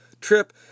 Trip